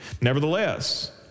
Nevertheless